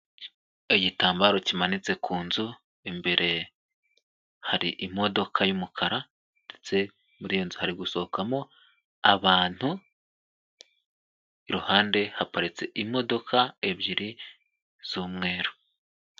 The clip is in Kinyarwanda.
Igitambaro kimanitse ku nzu, imbere hari imodoka y'umukara, ndetse muri iyo nzu hari gusohokamo abantu, iruhande haparitse imodoka ebyiri z'umweru.